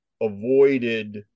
avoided